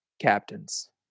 captains